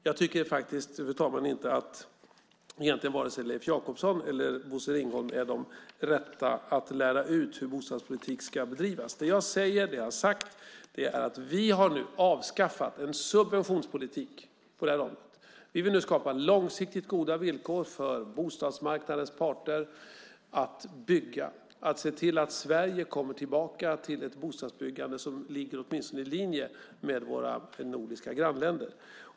Jag tycker faktiskt inte, fru talman, att vare sig Leif Jakobsson eller Bosse Ringholm är de rätta att lära ut hur bostadspolitik ska bedrivas. Det jag säger och har sagt är att vi har avskaffat en subventionspolitik på det här området. Vi vill nu skapa långsiktigt goda villkor för bostadsmarknadens parter att bygga, att se till att Sverige kommer tillbaka till ett bostadsbyggande som åtminstone ligger i linje med bostadsbyggandet i våra nordiska grannländer.